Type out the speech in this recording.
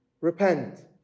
repent